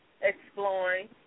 exploring